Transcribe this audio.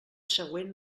següent